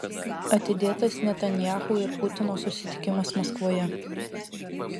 atidėtas netanyahu ir putino susitikimas maskvoje